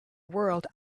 world